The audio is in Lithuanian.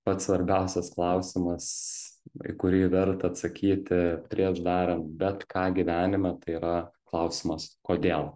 pats svarbiausias klausimas į kurį verta atsakyti prieš darant bet ką gyvenime tai yra klausimas kodėl